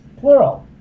plural